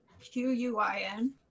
q-u-i-n